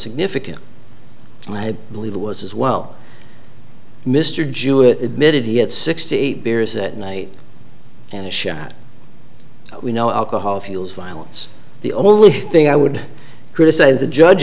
significant and i believe it was as well mr jewett admitted he had sixty eight beers that night and shot we know alcohol fuels violence the only thing i would criticize the judge